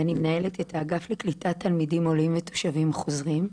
ואני מנהלת את האגף לקליטת תלמידים עולים ותושבים חוזרים.